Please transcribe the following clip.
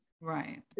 Right